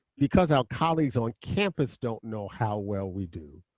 because our colleagues on campus don't know how well we do,